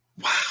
Wow